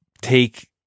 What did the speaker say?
take